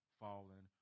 fallen